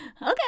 Okay